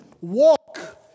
walk